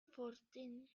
fourteen